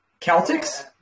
Celtics